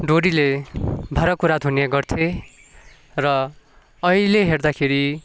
डोरीले भाँडाकुँडा धुने गर्थे र अहिले हेर्दाखेरि